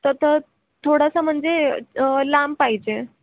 तर तर थोडासा म्हणजे लांब पाहिजे